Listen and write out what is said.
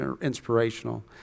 inspirational